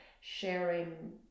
sharing